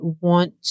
want